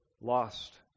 lost